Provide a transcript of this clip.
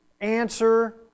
answer